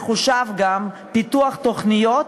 מחושב גם פיתוח תוכניות,